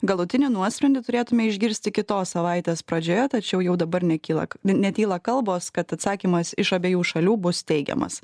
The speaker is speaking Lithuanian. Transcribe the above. galutinį nuosprendį turėtume išgirsti kitos savaitės pradžioje tačiau jau dabar nekyla netyla kalbos kad atsakymas iš abiejų šalių bus teigiamas